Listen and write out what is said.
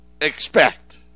expect